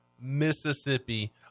Mississippi